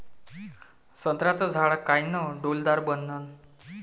संत्र्याचं झाड कायनं डौलदार बनन?